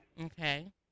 Okay